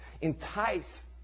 Entice